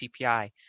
CPI